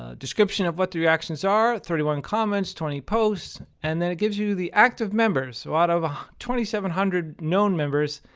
ah description of what the reactions are, thirty one comments, twenty posts. and then it gives you the active members. so out of ah twenty seven hundred known members,